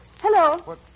Hello